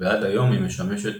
ועד היום היא משמשת